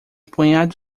punhado